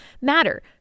matter